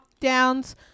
lockdowns